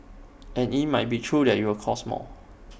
and IT might be true that IT will cost more